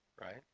Right